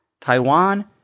Taiwan